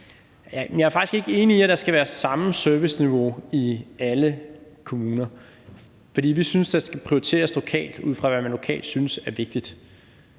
Jeg er faktisk ikke enig i, at der skal være samme serviceniveau i alle kommuner, for vi synes, der skal prioriteres lokalt ud fra, hvad man lokalt synes er vigtigt.